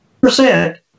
percent